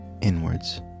inwards